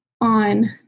on